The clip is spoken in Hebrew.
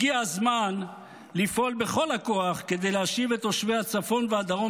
הגיע הזמן לפעול בכל הכוח כדי להשיב את תושבי הצפון והדרום